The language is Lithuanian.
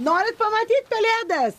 norit pamatyt pelėdas